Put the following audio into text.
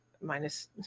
minus